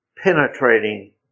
Penetrating